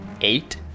Eight